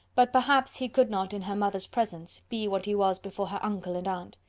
but, perhaps he could not in her mother's presence be what he was before her uncle and aunt.